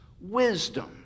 wisdom